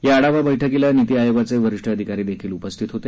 या आढावा बछकीला नीती आयोगाचे वरिष्ठ अधिकारी देखील उपस्थित होते